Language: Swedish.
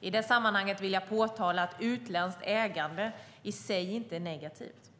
I det sammanhanget vill jag påtala att utländskt ägande i sig inte är negativt.